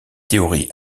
théories